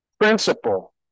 principle